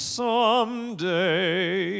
someday